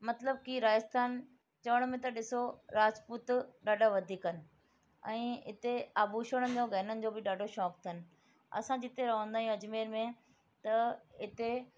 मतिलब की राजस्थान चवण में त ॾिसो राजपूत ॾाढा वधीक आहिनि ऐं हिते आभुषण जो गहननि जो बि ॾाढो शौक़ु अथनि असां जिते रहंदा आहियूं अजमेर में त इते